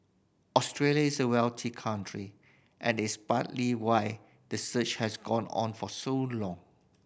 Australia is a wealthy country and it's partly why the search has gone on for so long